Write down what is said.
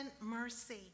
mercy